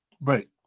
Right